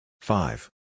Five